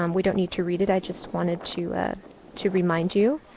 um we don't need to read it. i just wanted to ah to remind you.